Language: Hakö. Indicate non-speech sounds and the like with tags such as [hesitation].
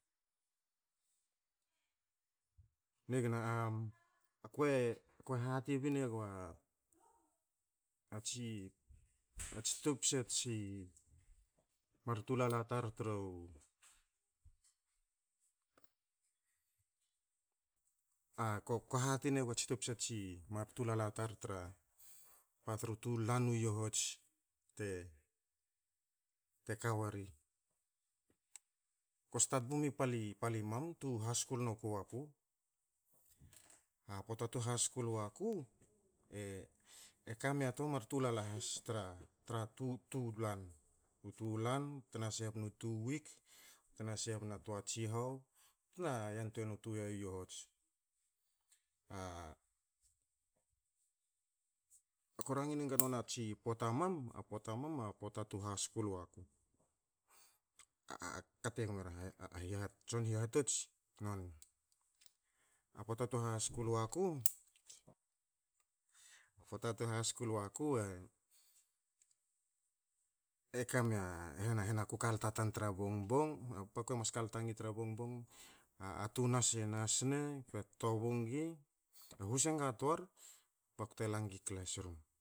Nigana, akue hati binegua ats, ats topsa tsi mar tulala tar tru, ako hati nega topsa tsi tulala tar tra ba tru tu lan u yohots te- te ka weri. Ko stat bum i pali mam tu haskul noku wa ku. A poata tu haskul waku, e, e kami a mar tulala has tra tra tu, tu lan. U tu lan bte na sbe nu two weeks bte a sbe na twa tsihau bte na yantwei na tu ya u yohots. A ko rangi enga nona tsi poata mam, a poata mam, a poata tu haskul wa ku. [hesitation] ka te gme ra hiha, tson hihatots, noni. A poata tu haskul wa ku, poata tu haskul wa ku, e- e kamia, hena hena ku kalta tan tra bongbong, ba ku e mas kalta ngi tra bongbong, a- a tu nas e nas ne, bte tobu ngi, hus enga toar, bakte langi classroom.